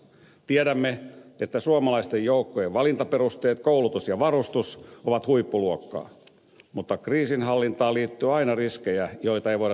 tiedämme että suomalaisten joukkojen valintaperusteet koulutus ja varustus ovat huippuluokkaa mutta kriisinhallintaan liittyy aina riskejä joita ei voida täysin poistaa